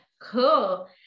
Cool